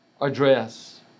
address